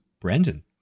Brandon